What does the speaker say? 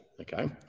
okay